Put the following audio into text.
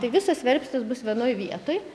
tai visos verpstės bus vienoj vietoj